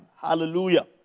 Hallelujah